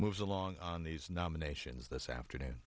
moves along on these nominations this afternoon